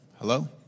Hello